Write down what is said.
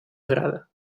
agrada